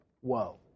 Whoa